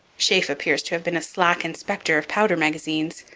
sheaffe appears to have been a slack inspector of powder-magazines.